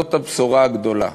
זאת הבשורה הגדולה.